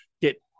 get